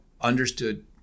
understood